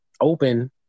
open